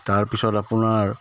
তাৰপিছত আপোনাৰ